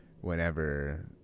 whenever